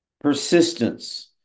Persistence